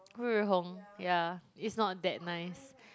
Ri-Hong yeah is not that nice